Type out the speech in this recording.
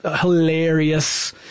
hilarious